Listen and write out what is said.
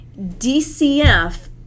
DCF